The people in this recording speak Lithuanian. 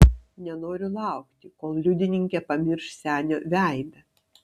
nenoriu laukti kol liudininkė pamirš senio veidą